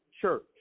church